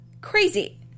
Crazy